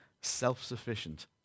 self-sufficient